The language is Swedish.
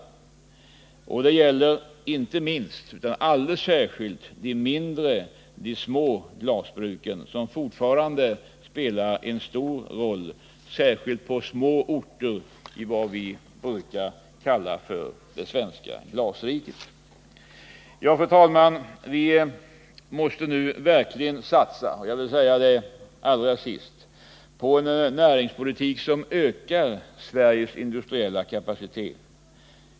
Det gäller inte minst utan alldeles särskilt de små glasbruk som fortfarande spelar en stor roll, framför allt på små orter i vad vi brukar kalla det svenska glasriket. Fru talman! Vi måste nu verkligen satsa — jag vill säga det allra sist — på en näringspolitik som ökar Sveriges industriella kapacitet.